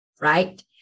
Right